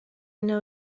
know